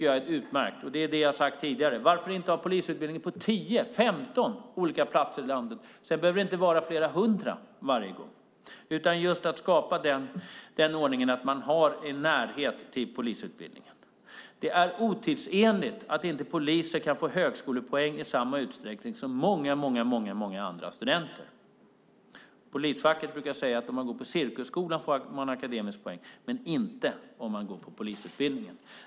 Jag har tidigare sagt: Varför inte ha polisutbildning på tio eller femton olika platser i landet? Det behöver inte vara flera hundra på varje ställe. Det handlar om att skapa en närhet till polisutbildningen. Det är otidsenligt att poliser inte kan få högskolepoäng i samma utsträckning som många andra studenter. Polisfacket brukar säga att om man går på cirkusskolan får man akademiska poäng men inte om man går på polisutbildningen.